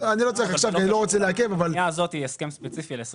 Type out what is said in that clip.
אבל הפנייה הזאת היא הסכם ספציפי ל-2021.